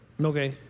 Okay